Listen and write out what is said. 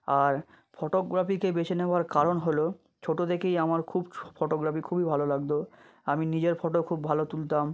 আর ফটোগ্রাফিকে বেছে নেওয়ার কারণ হলো ছোটো থেকেই আমার খুব ছোটো ফটোগ্রাফি খুবই ভালো লাগতো আমি নিজের ফটো খুব ভালো তুলতাম